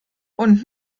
und